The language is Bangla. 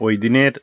ওইদিনের